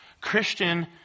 Christian